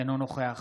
אינו נוכח